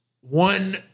one